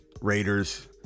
Raiders